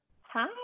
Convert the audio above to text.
Hi